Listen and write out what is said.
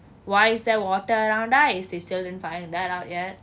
why is there water around ice they still couldn't find that out yet